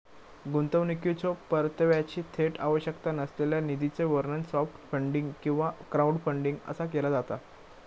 गुंतवणुकीच्यो परताव्याची थेट आवश्यकता नसलेल्या निधीचा वर्णन सॉफ्ट फंडिंग किंवा क्राऊडफंडिंग असा केला जाता